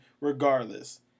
regardless